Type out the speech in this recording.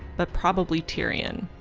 but probably tyrion.